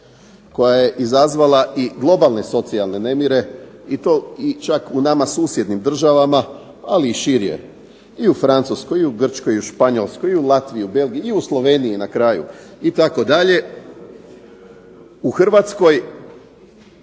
koja je izazvala i globalne socijalne nemire i to, i čak u nama susjednim državama, ali i šire, i u Francuskoj, i u Španjolskoj, i u Latviji, u Belgiji, i u Sloveniji na kraju, itd., u Hrvatskoj